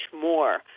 more